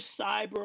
Cyber